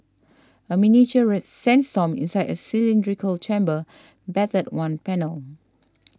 a miniature sandstorm inside a cylindrical chamber battered one panel